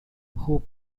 who